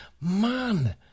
Man